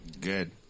Good